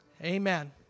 Amen